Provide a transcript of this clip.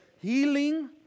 healing